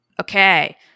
Okay